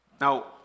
Now